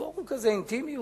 סטודנטים, פורום כזה אינטימי.